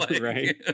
Right